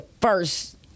first